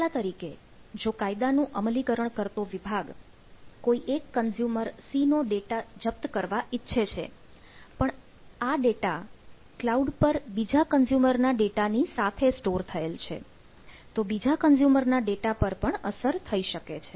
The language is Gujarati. દાખલા તરીકે જો કાયદાનું અમલીકરણ કરતો વિભાગ કોઈ એક કન્ઝ્યુમર c નો ડેટા જપ્ત કરવા ઈચ્છે છે પણ આ ડેટા ક્લાઉડ પર બીજા કન્ઝ્યુમરના ડેટા ની સાથે સ્ટોર થયેલ છે તો બીજા કન્ઝ્યુમરના ડેટા પર પણ અસર થઈ શકે છે